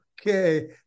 Okay